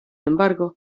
embargo